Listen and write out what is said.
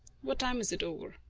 what time is it over?